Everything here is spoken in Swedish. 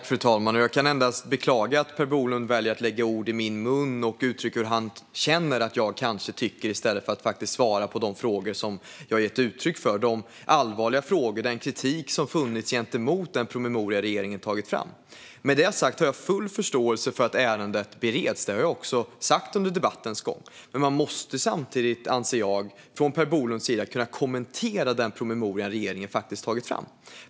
Fru talman! Jag kan endast beklaga att Per Bolund väljer att lägga ord i min mun och uttrycka hur han känner att jag kanske tycker i stället för att svara på de frågor som jag har ställt om den allvarliga kritik som finns gentemot den promemoria regeringen har tagit fram. Med det sagt har jag full förståelse för att ärendet bereds, och det har jag också sagt under debattens gång. Men Per Bolund måste samtidigt kunna kommentera den promemoria regeringen har tagit fram.